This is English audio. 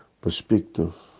perspective